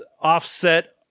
offset